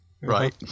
right